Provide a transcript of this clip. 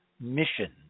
mission